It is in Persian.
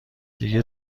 دیگه